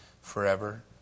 forever